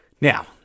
Now